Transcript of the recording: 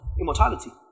immortality